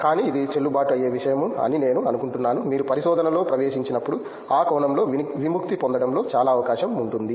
కానీ ఇది చెల్లుబాటు అయ్యే విషయము అని నేను అనుకుంటున్నాను మీరు పరిశోధనలో ప్రవేశించినప్పుడు ఆ కోణంలో విముక్తి పొందడంలో చాలా అవకాశం ఉంటుంధి